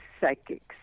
psychics